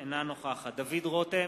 אינה נוכחת דוד רותם,